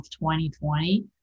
2020